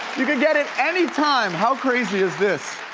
you can get it anytime. how crazy is this?